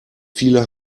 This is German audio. viele